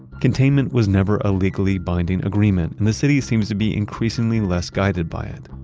containment was never a legally binding agreement and the city seems to be increasingly less guided by it.